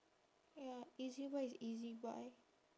ya ezbuy is ezbuy